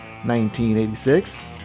1986